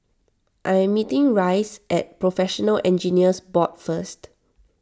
I am meeting Rice at Professional Engineers Board First